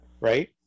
right